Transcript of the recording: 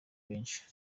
benshi